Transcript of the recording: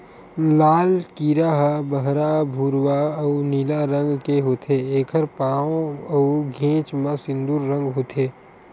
लाल कीरा ह बहरा भूरवा अउ नीला रंग के होथे, एखर पांव अउ घेंच म सिंदूर रंग होथे